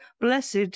blessed